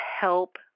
help